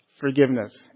forgiveness